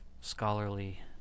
scholarly